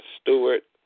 Stewart